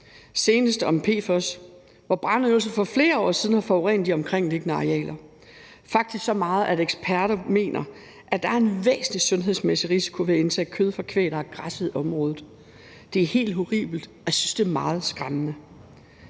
det om PFOS, hvor brandøvelser for flere år siden har forurenet de omkringliggende arealer, faktisk så meget, at eksperter mener, at der er en væsentlig sundhedsmæssig risiko ved at indtage kød fra kvæg, der har græsset i området. Det er helt horribelt, og jeg synes, at det er meget skræmmende.